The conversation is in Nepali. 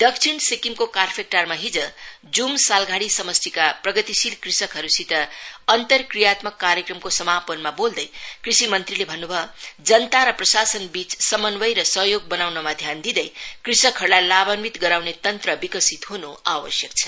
दक्षिण सिक्किमको कार्फेक्टारमा हिज जूम सालघारी समष्टिका प्रगतिशील क्रषकहरूसित अन्तरक्रियात्मक कार्यक्रमको समापनमा बोल्दै कृषि मंत्रीले भन्नु भयो जनता र प्रशासनबीन समान्वय र सहयोगद बनाउनमा ध्यान दिँदै कृषकहरूलाई लाभान्वित गराउने तन्त्र विकसित हुनु आवश्यक छ